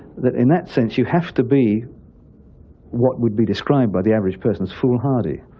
that in that sense you have to be what would be described by the average person as foolhardy.